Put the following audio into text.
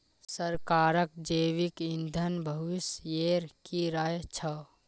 सरकारक जैविक ईंधन भविष्येर की राय छ